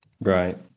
Right